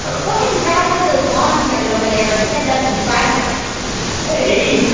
so go ahead and grab one of those lawn chairs over there and set it up in the driveway ok